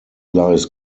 lies